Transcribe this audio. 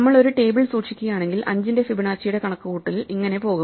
നമ്മൾ ഒരു ടേബിൾ സൂക്ഷിക്കുകയാണെങ്കിൽ 5 ന്റെ ഫിബൊനാച്ചിയുടെ കണക്കുകൂട്ടൽ എങ്ങനെ പോകും